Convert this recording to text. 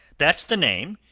that's the name.